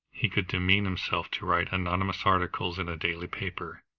he could demean himself to write anonymous articles in a daily paper,